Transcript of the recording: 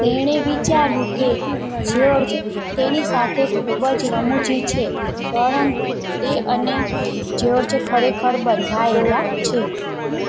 તેણે વિચાર્યું કે જ્યોર્જ તેની સાથે ખૂબ જ રમુજી છે પરંતુ તે અને જ્યોર્જ ખરેખર બંધાયેલા છે